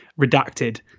redacted